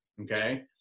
Okay